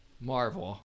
Marvel